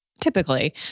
typically